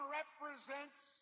represents